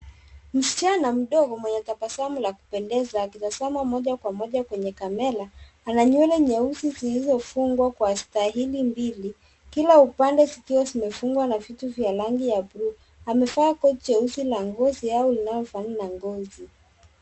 Msichana mdogo mwenye tabasamu la kupendeza akitazama moja kwa moja kwenye kamera. Ana nywele nywele zilizofungwa kwa staili mbili kila upande zikiwa zimefungwa na vitu vya rangi ya bluu. Amevaa koti jeusi la ngozi au linalofanana na ngozi.